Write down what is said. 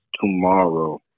tomorrow